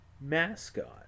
mascot